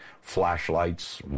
flashlights